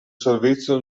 servizio